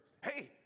hey